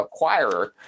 acquirer